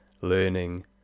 learning